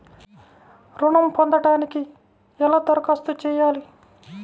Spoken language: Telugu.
ఋణం పొందటానికి ఎలా దరఖాస్తు చేయాలి?